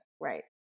Right